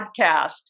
Podcast